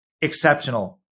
exceptional